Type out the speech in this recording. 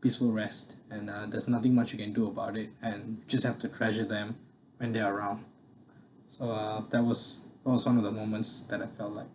peaceful rest and uh there's nothing much you can do about it and just have to treasure them when they're around so uh that was that was one of the moments that I fell like